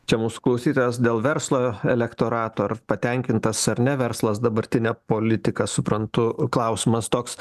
čia mūsų klausytojas dėl verslo elektorato ar patenkintas ar ne verslas dabartinę politiką suprantu klausimas toks